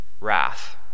wrath